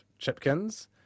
Chipkins